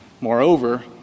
Moreover